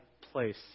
place